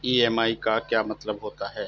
EMI का क्या मतलब होता है?